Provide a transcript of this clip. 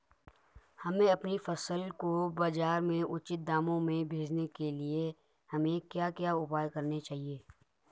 हमें अपनी फसल को बाज़ार में उचित दामों में बेचने के लिए हमें क्या क्या उपाय करने चाहिए?